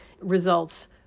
results